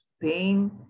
pain